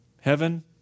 heaven